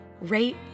rate